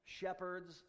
shepherds